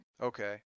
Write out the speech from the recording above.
Okay